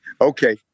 Okay